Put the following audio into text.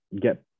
get